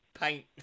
paint